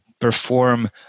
perform